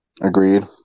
Agreed